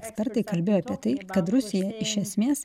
ekspertai kalbėjo apie tai kad rusija iš esmės